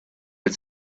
had